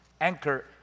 Anchor